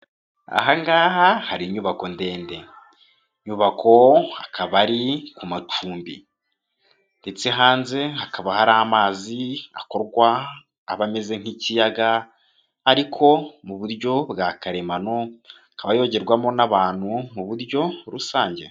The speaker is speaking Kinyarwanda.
Ahangaha hari inyubako ndende, inyubako hakaba ari ku macumbi ndetse hanze hakaba hari amazi akorwa aba ameze nk'ikiyaga ariko mu buryo bwa karemano, akaba yogerwamo n'abantu mu buryo rusange.